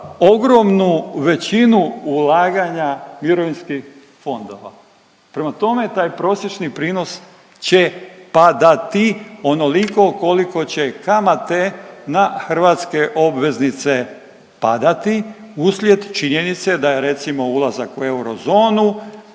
ogromnu većinu ulaganja mirovinskih fondova. Prema tome, taj prosječni prinos će padati onoliko koliko će kamate na hrvatske obveznice padati uslijed činjenice da je recimo ulazak u eurozonu